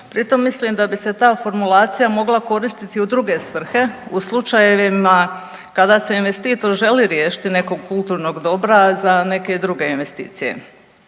Pri tome mislim da bi se ta formulacija mogla koristiti u druge svrhe u slučajevima kada se investitor želi riješiti nekog kulturnog dobra za neke druge investicije.